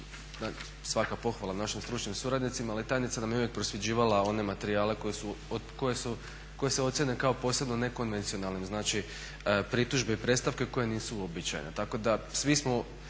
svaka pohvala našim stručnim suradnicima ali tajnica nam je uvijek prosljeđivala one materijali koji se ocjene kao posebno nekonvencionalnim, znači pritužbe i predstavke koje nisu uobičaje.